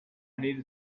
needed